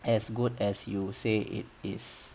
as good as you say it is